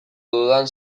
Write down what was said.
dudan